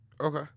Okay